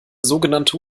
sogenannte